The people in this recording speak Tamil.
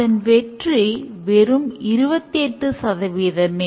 அதன் வெற்றி வெறும் 28 சதவீதமே